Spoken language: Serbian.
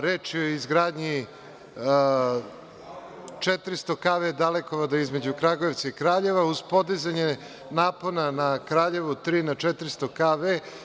Reč je o izgradnji 400 kv dalekovoda između Kragujevca i Kraljeva, uz podizanje napona u Kraljevu na tri na 400 kv.